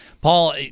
Paul